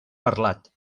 parlat